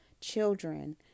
children